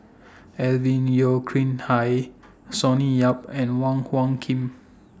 Alvin Yeo Khirn Hai Sonny Yap and Wong Hung Khim